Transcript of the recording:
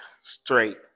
straight